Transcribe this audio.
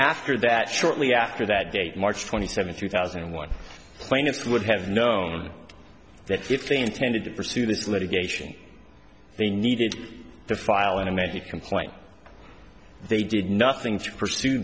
after that shortly after that date march twenty seventh two thousand and one plaintiff's would have known that fifteen intended to pursue this litigation they needed to file an amended complaint they did nothing to pursue